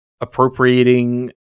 appropriating